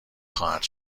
خواهد